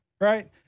right